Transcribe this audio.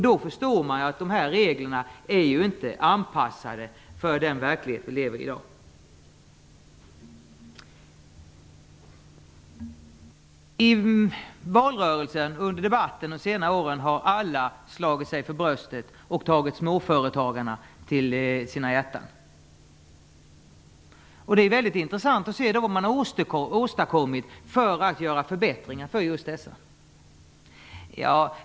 Då förstår man att dessa regler inte är anpassade till den verklighet som vi lever i i dag. I valrörelsen och i debatten under de senaste åren har alla slagit sig för bröstet och tagit småföretagarna till sina hjärtan. Det är mycket intressant att se vad som har åstadkommits för att göra förbättringar för just dessa.